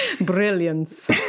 Brilliance